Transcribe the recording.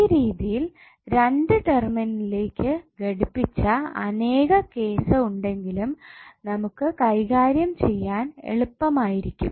ഈ രീതിയിൽ രണ്ട് ടെർമിനലിലേക്ക് ഘടിപ്പിച്ച അനേക കേസ്സ് ഉണ്ടെങ്കിലും നമുക്ക് കൈകാര്യം ചെയ്യാൻ എളുപ്പമായിരിക്കും